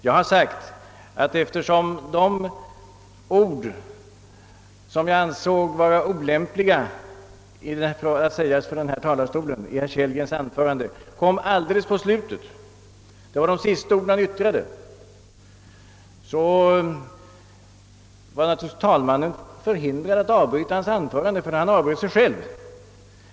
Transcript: Jag har sagt att, eftersom de ord jag ansåg vara olämpliga att yttra från denna talarstol kom alldeles i slutet av herr Kellgrens anförande — det var de allra sista orden — fick talmannen naturligt inte tillfälle att avbryta anförandet — herr Kellgren avbröt det själv.